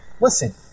Listen